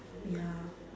ya